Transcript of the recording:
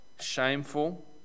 shameful